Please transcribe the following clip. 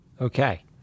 Okay